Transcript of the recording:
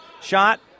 Shot